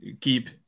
keep –